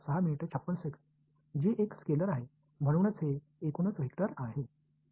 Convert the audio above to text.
g एक scalar आहे म्हणूनच हे एकूणच वेक्टर आहे